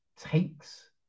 takes